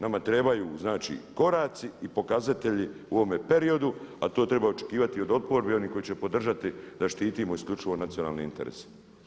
Nama trebaju znači koraci i pokazatelji u ovome periodu a to treba očekivati od oporbe i onih koji će podržati da štitimo isključivo nacionalne interese.